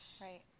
Right